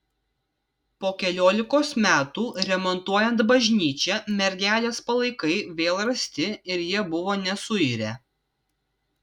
po keliolikos metų remontuojant bažnyčią mergelės palaikai vėl rasti ir jie buvo nesuirę